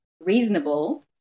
reasonable